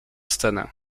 scenę